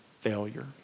failure